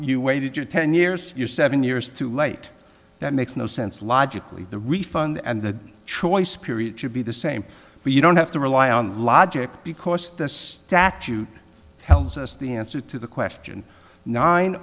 you waited your ten years you're seven years too late that makes no sense logically the refund and the choice period should be the same but you don't have to rely on logic because the statute tells us the answer to the question nine